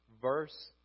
verse